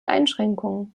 einschränkungen